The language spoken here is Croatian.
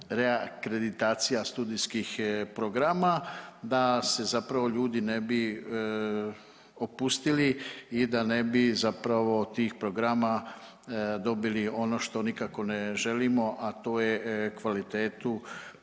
reakreditacija studijskih programa, da se zapravo ljudi ne bi opustili i da ne bi zapravo od tih programa dobili ono što nikako ne želimo, a to je kvalitetu